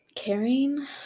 Caring